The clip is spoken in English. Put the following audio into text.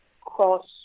cross